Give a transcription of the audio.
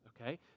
Okay